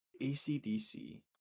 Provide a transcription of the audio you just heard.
ACDC